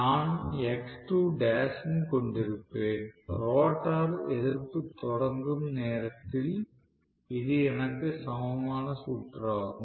நான் X2l ம் கொண்டிருப்பேன் ரோட்டார் எதிர்ப்பு தொடங்கும் நேரத்தில் இது எனக்கு சமமான சுற்று ஆகும்